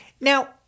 Now